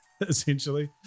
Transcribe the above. essentially